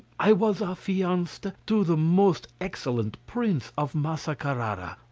i was affianced ah to the most excellent prince of massa carara.